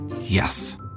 Yes